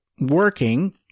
working